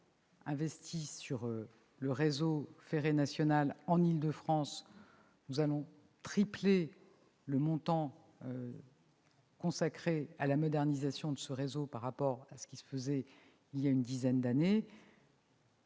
d'euros investis dans le réseau ferré national en Île-de-France, nous allons tripler le montant consacré à la modernisation du réseau par rapport à ce qui se faisait il y a une dizaine d'années.